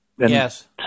Yes